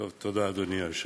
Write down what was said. תודה, אדוני היושב-ראש.